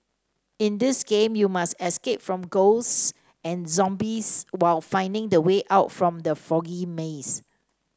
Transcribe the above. in this game you must escape from ghosts and zombies while finding the way out from the foggy maze